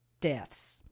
deaths